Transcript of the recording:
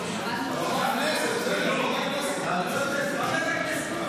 והיא תעבור לוועדת הכלכלה להמשך טיפול.